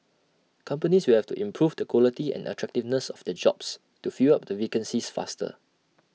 companies will have to improve the quality and attractiveness of their jobs to fill up their vacancies faster